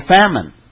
famine